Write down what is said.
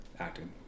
Acting